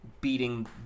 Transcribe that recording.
beating